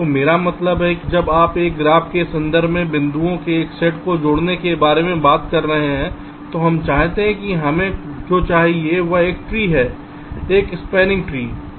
तो मेरा मतलब है कि जब आप एक ग्राफ के संदर्भ में बिंदुओं के एक सेट को जोड़ने के बारे में बात करते हैं तो हम चाहते हैं कि हमें जो चाहिए वह एक ट्री है एक स्पॅनिंग ट्री है